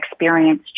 experience